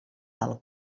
del